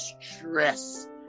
stress